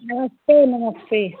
नमस्ते नमस्ते